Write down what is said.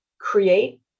create